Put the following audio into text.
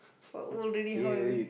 what old already how you going